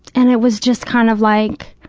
and it was just kind of like,